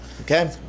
Okay